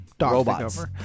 robots